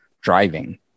driving